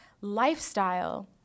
lifestyle